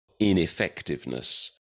ineffectiveness